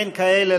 אין כאלה.